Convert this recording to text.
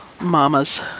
mamas